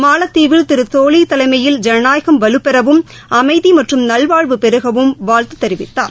மாலத்தீவில் திரு சோவீஹ் தலைமையில் ஜனநாயகம் வலுப்பெறவும் அமைதி மற்றும் நல்வாழ்வு பெருகவும் வாழ்த்து தெரிவித்தார்